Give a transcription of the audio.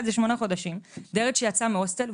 את זה שמונה חודשים דיירת שיצאה מהוסטל,